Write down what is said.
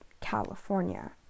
California